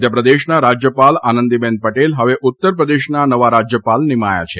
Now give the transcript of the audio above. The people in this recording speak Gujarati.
મધ્યપ્રદેશના રાજયપાલ આનંદીબેન પટેલ હવે ઉત્તરપ્રદેશના નવા રાજયપાલ નિમાયા છે